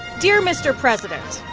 dear mr. president,